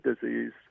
disease